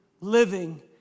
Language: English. living